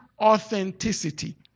authenticity